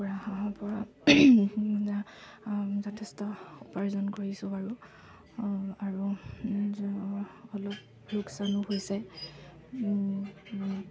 কুকুৰা হাঁহৰ পৰা যথেষ্ট উপাৰ্জন কৰিছোঁ বাৰু আৰু অলপ লোকচানো হৈছে